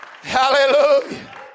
Hallelujah